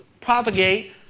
propagate